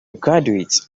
graduates